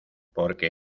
porque